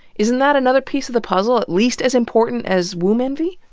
isn't that another piece of the puzzle, at least as important as womb envy.